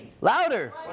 louder